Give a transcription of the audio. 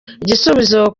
igisubizo